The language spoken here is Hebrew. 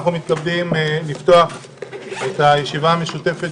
אנחנו מתכבדים לפתוח את הישיבה המשותפת